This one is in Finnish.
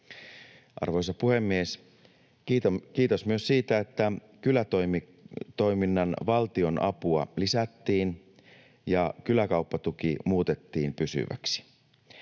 Arvoisa puhemies! Kiitos myös siitä, että kylätoimitoiminnan valtionapua lisättiin ja kyläkauppatuki muutettiin pysyväksi.